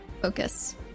focus